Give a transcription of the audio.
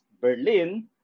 Berlin